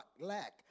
lack